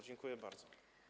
Dziękuję bardzo.